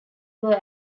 were